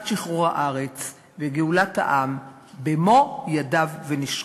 שחרור הארץ וגאולת העם במו-ידיו ונשקו.